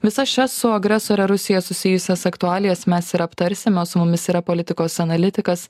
visas šias su agresore rusija susijusias aktualijas mes ir aptarsime su mumis yra politikos analitikas